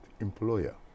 employer